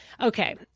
Okay